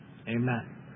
amen